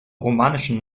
romanischen